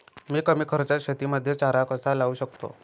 मी कमी खर्चात शेतीमध्ये चारा कसा लावू शकतो?